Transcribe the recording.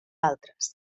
d’altres